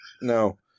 No